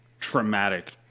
traumatic